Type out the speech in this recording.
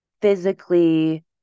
physically